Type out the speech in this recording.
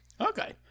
Okay